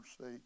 see